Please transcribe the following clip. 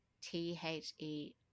T-H-E